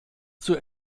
zur